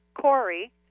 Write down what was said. Corey